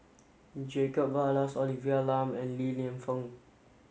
Jacob Ballas Olivia Lum and Li Lienfung